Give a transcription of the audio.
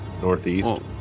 Northeast